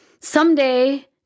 Someday